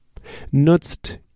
Nutzt